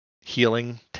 healing